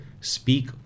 speak